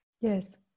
Yes